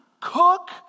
cook